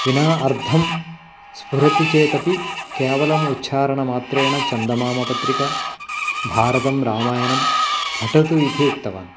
विना अर्थं स्फुरति चेत् अपि केवलम् उच्चारणमात्रेण चन्दमामा पत्रिका भारतं रामायणं पठतु इति उक्तवान्